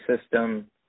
system